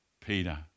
Peter